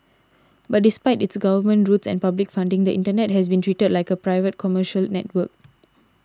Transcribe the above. but despite its government roots and public funding the Internet has been treated like a private commercial network